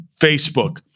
Facebook